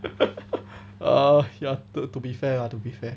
err ya to be fair lah to be fair